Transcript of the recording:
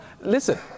listen